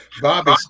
Bobby